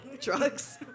Drugs